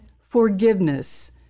forgiveness